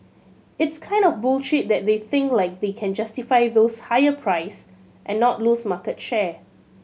it's kind of bullish that they feel like they can justify those higher price and not lose market share